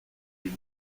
lui